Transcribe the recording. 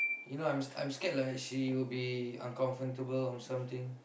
you know I'm I'm scared like she will be uncomfortable or something